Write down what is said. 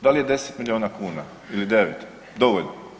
Da li je 10 miliona kuna ili 9, dovoljno.